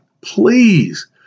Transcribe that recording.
please